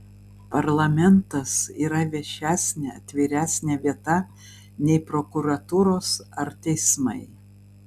parlamentas yra viešesnė atviresnė vieta nei prokuratūros ar teismai